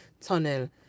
tunnel